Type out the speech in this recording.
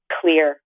clear